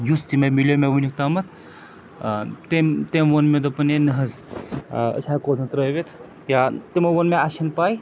یُس تہِ مےٚ مِلیو مےٚ وٕنیُک تامَتھ تٔمۍ تٔمۍ ووٚن مےٚ دوٚپُن یے نہٕ حظ أسۍ ہٮ۪کوتھ نہٕ ترٛٲوِتھ یا تِمو ووٚن مےٚ اَسہِ چھَنہٕ پَے